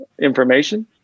information